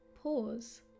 pause